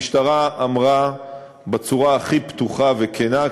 המשטרה אמרה בצורה הכי פתוחה וכנה,